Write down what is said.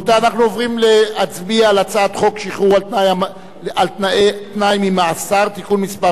אנחנו עוברים להצביע על הצעת חוק שחרור על-תנאי ממאסר (תיקון מס'